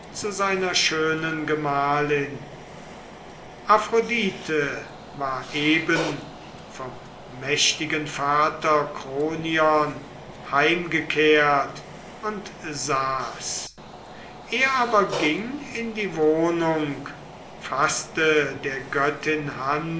zu seiner schönen gemahlin aphrodite war eben vom mächtigen vater kronion heimgekehrt und saß er aber ging in die wohnung faßte der göttin